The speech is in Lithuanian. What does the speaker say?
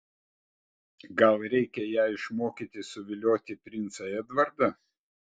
gal reikia ją išmokyti suvilioti princą edvardą